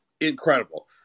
incredible